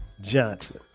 Johnson